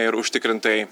ir užtikrintai